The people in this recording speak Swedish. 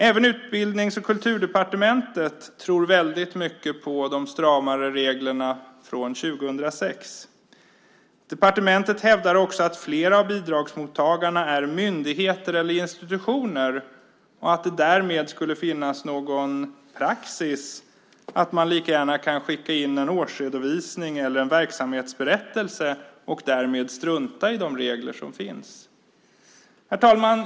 Även Utbildnings och kulturdepartementet tror väldigt mycket på de stramare reglerna från 2006. Departementet hävdar också att flera av bidragsmottagarna är myndigheter eller institutioner och att det därmed skulle finnas någon praxis att man lika gärna kan skicka in en årsredovisning eller en verksamhetsberättelse och därmed strunta i de regler som finns. Herr talman!